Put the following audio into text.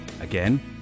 again